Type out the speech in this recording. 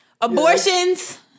abortions